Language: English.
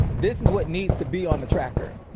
this is what needs to be on the tracker.